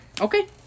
Okay